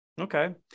okay